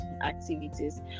activities